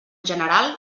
general